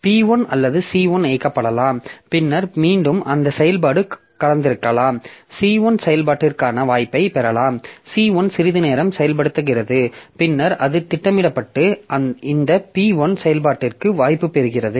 P1 அல்லது C1 இயக்கப்படலாம் பின்னர் மீண்டும் அந்த செயல்பாடு கலந்திருக்கலாம் C1 செயல்பாட்டிற்கான வாய்ப்பைப் பெறலாம் C1 சிறிது நேரம் செயல்படுத்துகிறது பின்னர் அது திட்டமிடப்பட்டு இந்த P1 செயல்பாட்டிற்கு வாய்ப்பு பெறுகிறது